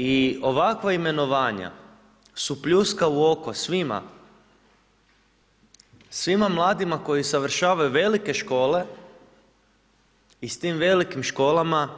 I ovakva imenovanja su pljuska u oko svima, svima mladima koji završavaju velike škole i s tim velikim školama